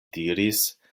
diris